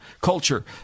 culture